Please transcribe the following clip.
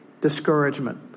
Discouragement